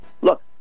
Look